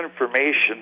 information